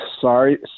sorry